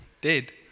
dead